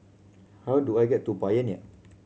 how do I get to Pioneer